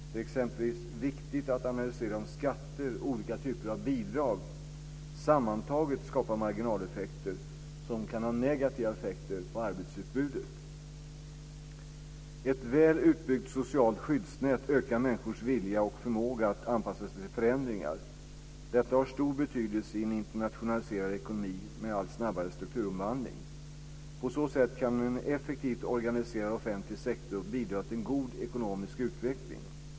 Det är exempelvis viktigt att analysera om skatter och olika typer av bidrag sammantaget skapar marginaleffekter som kan ha negativa effekter på arbetsutbudet. Ett väl utbyggt socialt skyddsnät ökar människors vilja och förmåga att anpassa sig till förändringar. Detta har stor betydelse i en internationaliserad ekonomi med allt snabbare strukturomvandling. På så sätt kan en effektivt organiserad offentlig sektor bidra till en god ekonomisk utveckling.